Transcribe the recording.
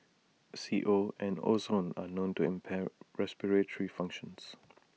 C O and ozone are known to impair respiratory functions